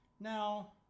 Now